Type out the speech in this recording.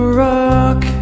rock